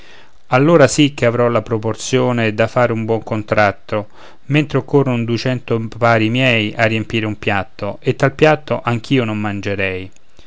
allora sì che avrò la proporzione da far un buon contratto mentre occorron dugento pari miei a riempire un piatto e tal piatto che anch'io non mangerei